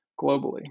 globally